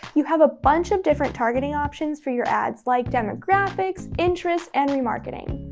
you have a bunch of different targeting options for your ads like demographics, interests, and remarketing.